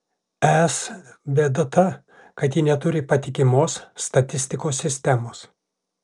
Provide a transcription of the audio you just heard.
es bėda ta kad ji neturi patikimos statistikos sistemos